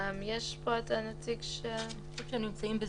ראם שאולוף, מדור חקיקה במפצ"ר, בבקשה.